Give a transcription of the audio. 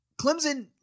Clemson